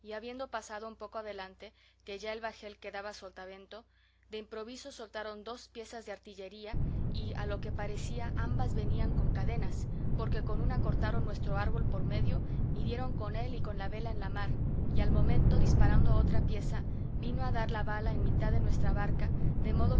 habiendo pasado un poco delante que ya el bajel quedaba sotavento de improviso soltaron dos piezas de artillería y a lo que parecía ambas venían con cadenas porque con una cortaron nuestro árbol por medio y dieron con él y con la vela en la mar y al momento disparando otra pieza vino a dar la bala en mitad de nuestra barca de modo